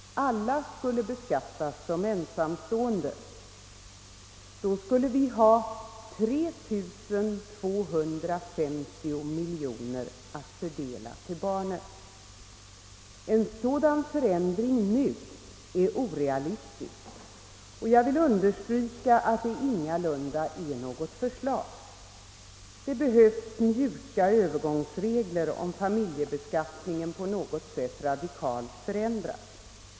Alla skulle beskattas som ensamstående. Då skulle vi ha 3250 miljoner att fördela till barnen. En sådan förändring nu är orealistisk, och jag vill understryka att det ingalunda är något förslag. Det behövs mjuka övergångsregler, om familjebeskattningen på något sätt radikalt förändras.